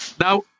Now